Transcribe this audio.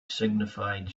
signified